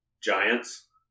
Giants